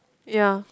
ya